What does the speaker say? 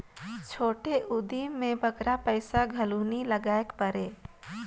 छोटे उदिम में बगरा पइसा घलो नी लगाएक परे